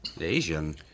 Asian